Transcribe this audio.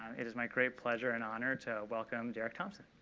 it is my great pleasure and honor to welcome derek thompson.